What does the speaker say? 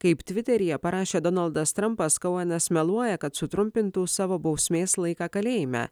kaip tviteryje parašė donaldas trampas koenas meluoja kad sutrumpintų savo bausmės laiką kalėjime